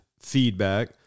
feedback